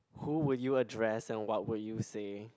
who would you address and what would you say